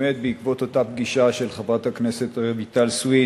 באמת בעקבות אותה פגישה של חברת הכנסת רויטל סויד